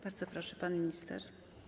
Bardzo proszę, pan minister.